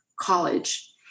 college